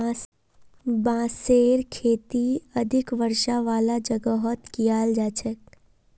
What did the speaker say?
बांसेर खेती अधिक वर्षा वालार जगहत कियाल जा छेक